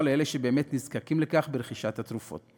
לאלה שבאמת נזקקים לכך ברכישת התרופות.